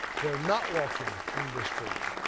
they're not walking in this freedom.